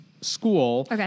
school